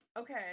okay